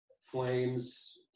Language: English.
flames